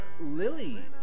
Lily